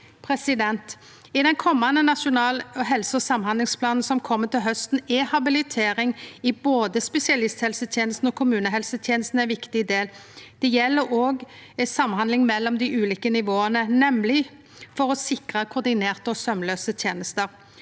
stillingar. I den komande nasjonale helse- og samhandlingsplanen som kjem til hausten, er habilitering i både spesialisthelsetenesta og kommunehelsetenesta ein viktig del. Det gjeld òg samhandling mellom dei ulike nivåa for å sikre koordinerte og saumlause tenester.